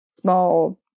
small